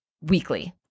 weekly